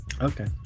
okay